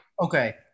Okay